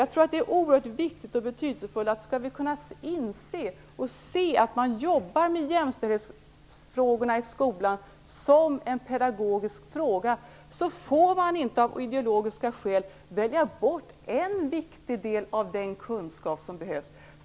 Jag tror att det är oerhört viktigt och betydelsefullt att, för att både inse och se att man jobbar med jämställdhetsfrågorna i skolan som en pedagogisk fråga, inte välja bort en viktig del av den kunskap som behövs.